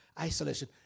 isolation